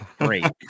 great